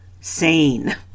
sane